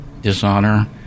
dishonor